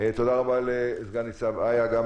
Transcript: תודה רבה לסנ"צ איה גורצקי,